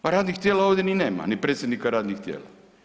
Pa radnih tijela ovdje ni nema, ni predsjednika radnih tijela.